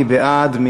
מי בעד?